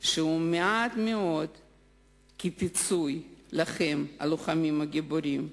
שהוא מעט מאוד כפיצוי לכם, הלוחמים הגיבורים.